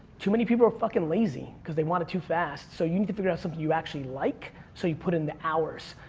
too many people are fucking lazy. cause they want it too fast. so you need to figure out something you actually like, so you put in the hours,